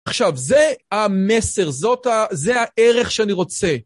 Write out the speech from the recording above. עכשיו, זה המסר, זה הערך שאני רוצה.